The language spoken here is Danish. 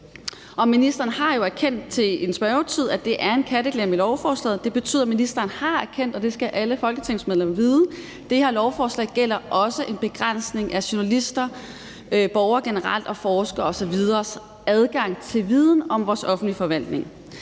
Ministeren har jo erkendt i en spørgetid, at det er en kattelem i lovforslaget. Det betyder, at ministeren har erkendt – det skal alle folketingsmedlemmer vide – at det her lovforslag også gælder en begrænsning af journalister, borgere generelt, forskere osv. og deres adgang til viden om vores offentlige forvaltning.